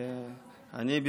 אני,